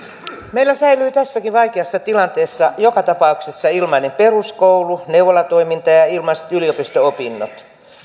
meillä säilyy tässäkin vaikeassa tilanteessa joka tapauksessa ilmainen peruskoulu neuvolatoiminta ja ja ilmaiset yliopisto opinnot